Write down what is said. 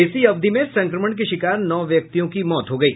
इसी अवधि में संक्रमण के शिकार नौ व्यक्तियों की मौत हो गयी